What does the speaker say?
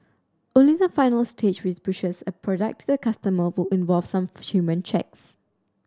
only the final stage which pushes a product customer involve some human checks